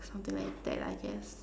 something like that I guess